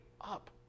up